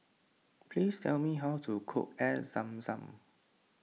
please tell me how to cook Air Zam Zam